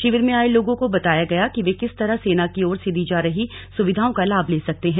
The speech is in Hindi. शिविर में आए लोगों को बताया गया कि वे किस तरह सेना की ओर से दी जा रही सुविधाओं का लाभ ले सकते हैं